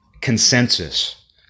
consensus